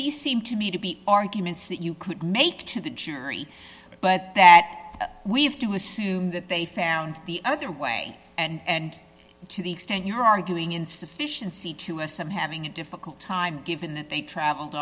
these seem to me to be arguments that you could make to the jury but we have to assume that they found the other way and to the extent you're arguing insufficiency to us i'm having a difficult time given that they travelled